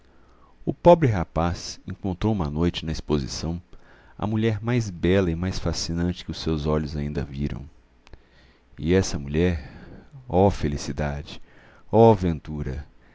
o pobre rapaz encontrou uma noite na exposição a mulher mais bela e mais fascinante que os seus olhos ainda viram e essa mulher oh felicidade oh ventura